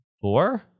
four